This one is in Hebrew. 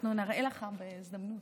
אנחנו נראה לך בהזדמנות.